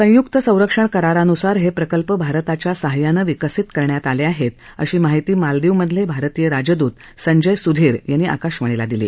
संयुक्त संरक्षण करारानुसार हे प्रकल्प भारताच्या साहाय्यानं विकसित करण्यात आले आहेत अशी माहिती मालदीवमधले भारतीय राजदूत संजय सुधीर यांनी आकाशवाणीला दिली